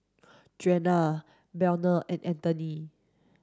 Juana Burnell and Anthony